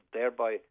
Thereby